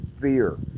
fear